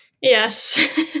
Yes